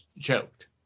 choked